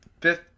Fifth